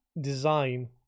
design